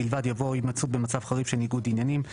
אתה מתעסק פה עם רואה החשבון ולדימיר בליאק.